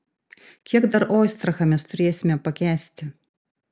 kiek dar oistrachą mes turėsime pakęsti